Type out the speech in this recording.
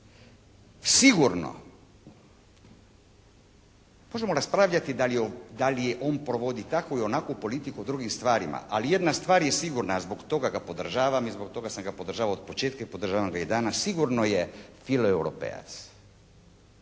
sigurno, možemo raspravljati da li on provodi takvu i onakvu politiku o drugim stvarima, ali jedna stvar je sigurna a zbog toga ga podržavam i zbog toga sam podržavao od početka i podržavam i danas, sigurno je file-europejac.